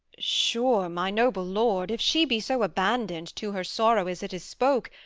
sure, my noble lord, if she be so abandon'd to her sorrow as it is spoke,